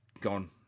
gone